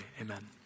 amen